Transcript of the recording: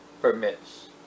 permits